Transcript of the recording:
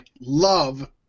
love